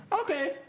Okay